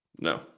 No